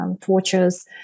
tortures